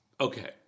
Okay